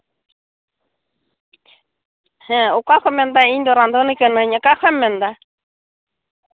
ᱦᱮᱸ ᱚᱠᱟ ᱠᱷᱚᱱᱮᱢ ᱢᱮᱱᱫᱟ ᱤᱧ ᱫᱚ ᱨᱟᱸᱫᱷᱩᱱᱤ ᱠᱟᱹᱱᱟᱹᱧ ᱚᱠᱟ ᱠᱷᱚᱱᱮᱢ ᱢᱮᱱᱫᱟ